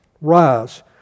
rise